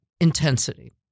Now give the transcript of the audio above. intensity